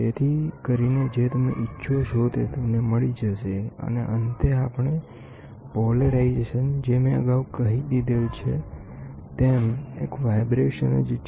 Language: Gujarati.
તેથી કરીને જે તમે ઇચ્છો છો તે તમને મળી જશે અને અંતે આપણે પોલેરાઇઝેસન જે મે અગાઉ કહી દીધેલ છે તેમ એક વાઈબ્રેશન જ છે